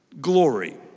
glory